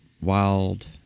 Wild